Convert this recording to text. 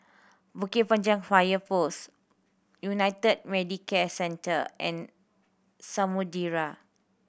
Bukit Panjang Fire Post United Medicare Centre and Samudera